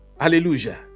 Hallelujah